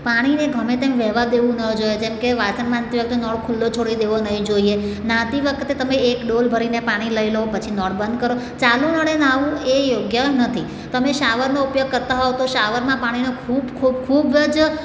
પાણીને ગમેતેમ વહેવા દેવું ન જોઈએ જેમકે વાસણ માંજતી વખતે નળ ખૂલ્લો છોડી દેવો નહીં જોઈએ નહાતી વખતે તમે એક ડોલ ભરીને પાણી લઈ લો પછી નળ બંધ કરો ચાલું નળે નહાવું એ યોગ્ય નથી તમે શાવરનો ઉપયોગ કરતા હોવ તો શાવરમાં પાણીનો ખૂબ ખૂબ ખૂબ જ